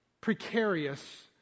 precarious